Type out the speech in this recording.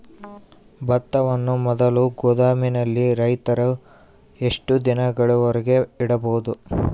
ಭತ್ತವನ್ನು ಮೊದಲು ಗೋದಾಮಿನಲ್ಲಿ ರೈತರು ಎಷ್ಟು ದಿನದವರೆಗೆ ಇಡಬಹುದು?